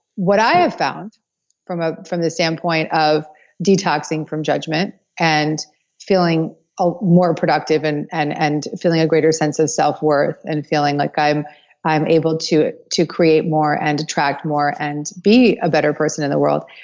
what i have found from ah from the standpoint of detoxing from judgment and feeling ah more productive, and and feeling a greater sense of self worth, and feeling like i'm i'm able to to create more and attract more, and be a better person in the world,